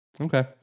Okay